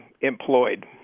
employed